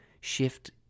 shift